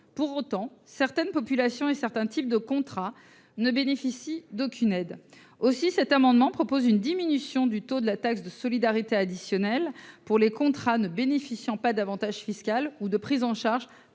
Pour autant, certaines populations et certains types de contrats ne bénéficient d’aucune aide. Cet amendement tend donc à instaurer une diminution du taux de la taxe de solidarité additionnelle pour les contrats ne bénéficiant pas d’avantages fiscaux ou d’une prise en charge